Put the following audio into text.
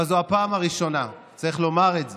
אבל זו הפעם הראשונה, צריך לומר את זה,